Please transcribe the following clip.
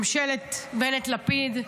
ממשלת בנט-לפיד,